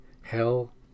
hell